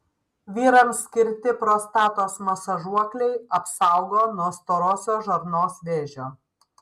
vyrams skirti prostatos masažuokliai apsaugo nuo storosios žarnos vėžio